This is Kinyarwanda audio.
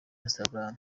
instagram